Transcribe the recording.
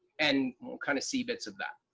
and we'll kind of see bits of that.